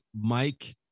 Mike